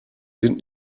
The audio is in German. sind